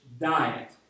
diet